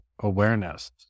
awareness